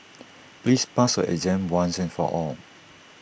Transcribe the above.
please pass your exam once and for all